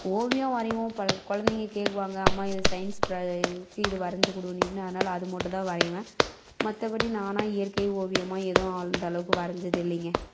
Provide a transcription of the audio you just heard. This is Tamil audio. ஓவியம் வரையிவோம் கொ குழந்தைங்க கேட்குவாங்க அம்மா இது சயின்ஸ் இதுக்கு இதை வரைஞ்சி கொடு நீ அதனால் அது மட்டும் தான் வரையிவேன் மற்றபடி நானாக இயற்கை ஓவியமாக எதுவும் அந்தளவுக்கு வரைஞ்சது இல்லைங்க